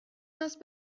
است